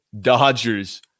Dodgers